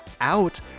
out